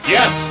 Yes